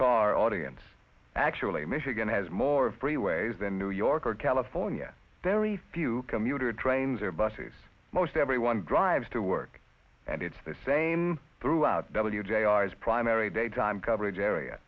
that audience actually michigan has more freeways than new york or california very few commuter trains or buses most everyone drives to work and it's the same throughout w jr's primary day time coverage area